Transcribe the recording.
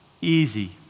easy